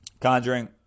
conjuring